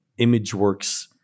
Imageworks